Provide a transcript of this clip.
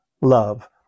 love